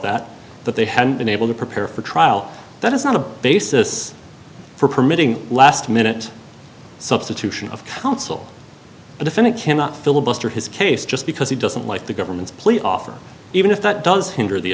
that that they hadn't been able to prepare for trial that is not a basis for permitting last minute substitution of counsel a defendant cannot fillibuster his case just because he doesn't like the government's plea offer even if that does hinder the